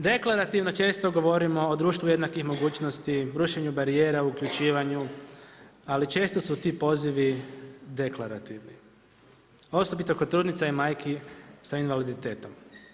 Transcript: Deklarativno često govorimo o društvu jednakih mogućnosti, brušenju barijera, uključivanju ali često su ti pozivi deklarativni, osobito kod trudnica i majki sa invaliditetom.